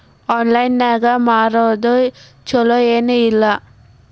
Online ನಾಗ್ ಮಾರೋದು ಛಲೋ ಏನ್ ಇಲ್ಲ?